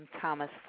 Thomas